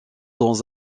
dans